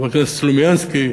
חבר הכנסת סלומינסקי,